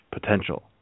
potential